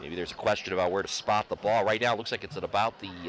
maybe there's a question about where to spot the ball right now looks like it's about the